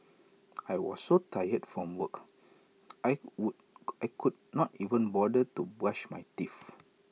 I was so tired from work I would I could not even bother to brush my teeth